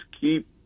keep